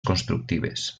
constructives